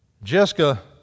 Jessica